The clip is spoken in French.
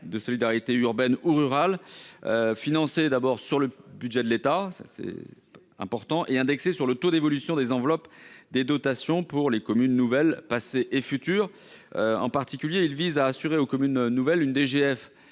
de solidarité urbaine ou rurale. Cette dotation serait d’abord financée sur le budget de l’État – c’est important – et indexée sur le taux d’évolution des enveloppes des dotations pour les communes nouvelles passées et futures. En particulier, il s’agit d’assurer à la commune nouvelle une DGF